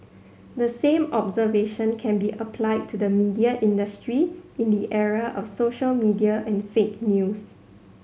the same observation can be applied to the media industry in the era of social media and fake news